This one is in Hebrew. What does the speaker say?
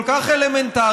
כל כך אלמנטריים,